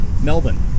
Melbourne